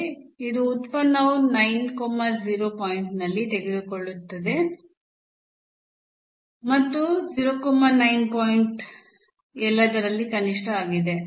ಇದು ಉತ್ಪನ್ನವು 9 0 ಪಾಯಿಂಟ್ನಲ್ಲಿ ತೆಗೆದುಕೊಳ್ಳುತ್ತದೆ ಮತ್ತು 0 9 ಪಾಯಿಂಟ್ ಎಲ್ಲದರಲ್ಲಿ ಕನಿಷ್ಠ ಆಗಿದೆ